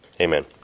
amen